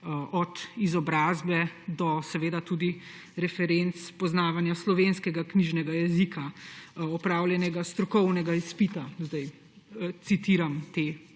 od izobrazbe do referenc poznavanja slovenskega knjižnega jezika, opravljanega strokovnega izpita – zdaj citiram